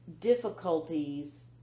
difficulties